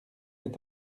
est